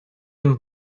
and